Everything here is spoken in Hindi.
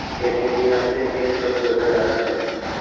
खेतिहर से खेत कब जोता जाता है?